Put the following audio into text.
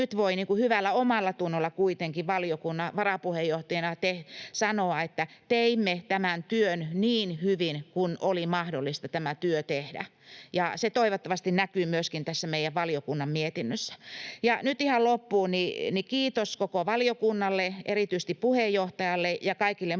nyt voin hyvällä omallatunnolla kuitenkin valiokunnan varapuheenjohtajana sanoa, että teimme tämän työn niin hyvin kuin oli mahdollista tämä työ tehdä, ja se toivottavasti näkyy myöskin tässä meidän valiokunnan mietinnössä. Ja nyt ihan loppuun kiitos koko valiokunnalle, erityisesti puheenjohtajalle ja kaikille muillekin,